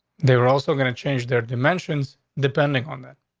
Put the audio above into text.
they were also gonna change their dimensions depending on that.